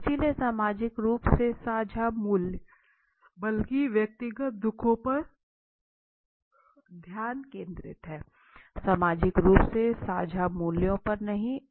इसलिए सामाजिक रूप से साझा मूल्य बल्कि व्यक्तिगत दुखों पर ध्यान केंद्रित हैं सामाजिक रूप से साझा मूल्यों पर नहीं है